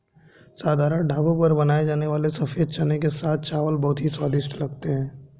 साधारण ढाबों पर बनाए जाने वाले सफेद चने के साथ चावल बहुत ही स्वादिष्ट लगते हैं